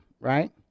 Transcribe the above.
right